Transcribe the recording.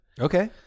Okay